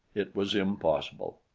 it was impossible.